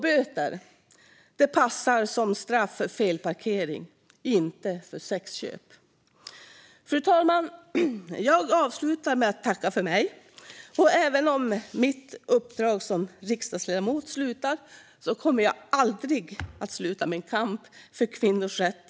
Böter passar som straff för felparkering, inte för sexköp. Fru talman! Jag avslutar med att tacka för mig. Även om mitt uppdrag som riksdagsledamot slutar kommer jag aldrig att sluta min kamp för kvinnors rätt.